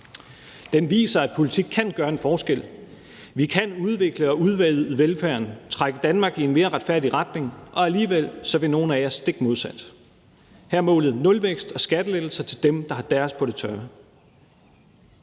Det viser, at politik kan gøre en forskel. Vi kan udvikle og udvide velfærden, trække Danmark i en mere retfærdig retning, og alligevel vil nogle af jer i den stik modsatte retning. Her er målet nulvækst og skattelettelser til dem, der har deres på det tørre.